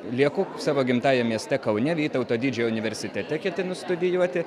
lieku savo gimtajam mieste kaune vytauto didžiojo universitete ketinu studijuoti